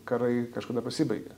karai kažkada pasibaigia